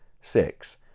six